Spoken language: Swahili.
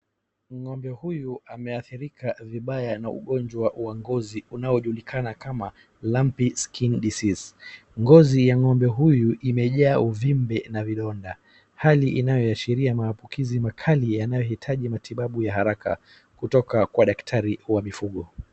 Ng'ombe huyu ameathirika vibaya na ugonjwa wa ngozi unaonjulikana kama lumpy skin disease . Ngozi ya ng'ombe huyu imejaa uvimbi na vidonda, hali inayoashiria maambukizi makali yanayohitaji matibabu ya haraka kutoka kwa daktari wa mifugo.